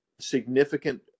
significant